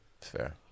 Fair